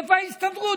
איפה ההסתדרות?